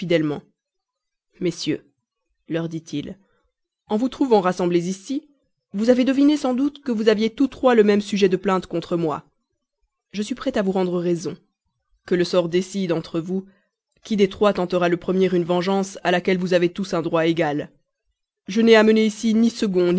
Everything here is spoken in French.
messieurs leur dit-il en vous trouvant rassemblés ici vous avez deviné sans doute que vous aviez tous trois les mêmes sujets de plainte contre moi je suis prêt à vous rendre raison que le sort décide entre vous qui tentera le premier une vengeance à laquelle vous avez tous un droit égal je n'ai amené ici ni